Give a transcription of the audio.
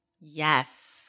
Yes